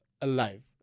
alive